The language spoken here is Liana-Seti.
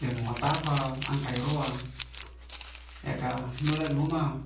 Lemu mata'fa angka'ay roa ya'ka noran'ruma